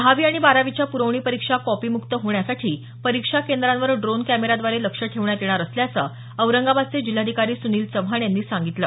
दहावी आणि बारावीच्या प्रवणी परिक्षा कॉपीम्क्त होण्यासाठी परीक्षा केंद्रावर ड्रोन कॅमेराद्वारे लक्ष ठेवण्यात येणार असल्याचं औरंगाबादचे जिल्हाधिकारी सुनील चव्हाण यांनी सांगितलं